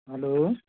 hello